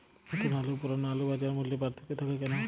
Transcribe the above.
নতুন আলু ও পুরনো আলুর বাজার মূল্যে পার্থক্য থাকে কেন?